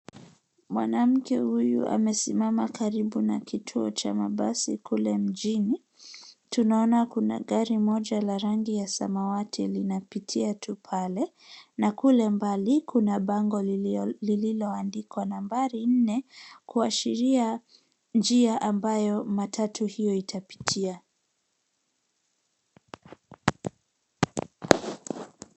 Mwanamke huyu amesimama karibu na kituo cha mabasi kule mjini, Tunaona kuna gari moja la rangi ya samawati linapitia tu pale, na kule mbali kuna bango lililoandikwa nambari nne kuashiria njia ambayo matatu hiyo itapitia.